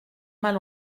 mal